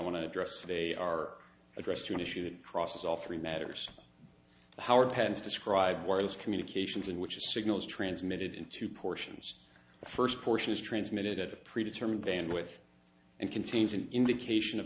want to address today are addressed to an issue that crosses all three matters how are patents describe wireless communications in which a signal is transmitted into portions the first portion is transmitted at a pre determined bandwidth and contains an indication of